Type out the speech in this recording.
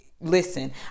Listen